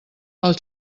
els